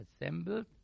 assembled